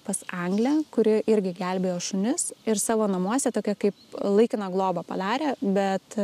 pas anglę kuri irgi gelbėjo šunis ir savo namuose tokia kaip laikiną globą padarė bet